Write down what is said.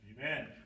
Amen